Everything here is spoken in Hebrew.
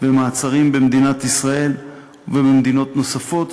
ומעצרים במדינת ישראל ובמדינות נוספות,